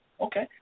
Okay